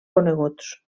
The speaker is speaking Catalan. coneguts